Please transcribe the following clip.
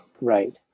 right